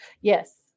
Yes